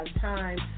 time